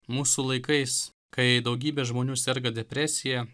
mūsų laikais kai daugybė žmonių serga depresija